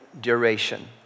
duration